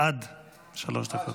עד שלוש דקות.